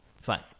fine